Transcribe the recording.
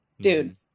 dude